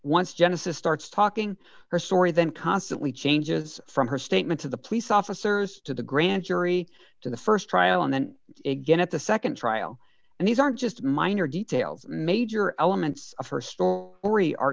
once genesis starts talking her story then constantly changes from her statement to the police officers to the grand jury to the st trial and then again at the nd trial and these aren't just minor details major elements of her stor